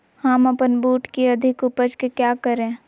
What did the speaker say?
हम अपन बूट की अधिक उपज के क्या करे?